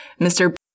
Mr